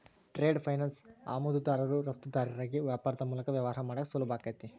trade finance ಆಮದುದಾರರು ರಫ್ತುದಾರರಿಗಿ ವ್ಯಾಪಾರದ್ ಮೂಲಕ ವ್ಯವಹಾರ ಮಾಡಾಕ ಸುಲಭಾಕೈತಿ